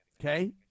Okay